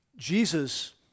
Jesus